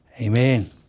Amen